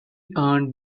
earned